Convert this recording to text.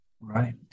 Right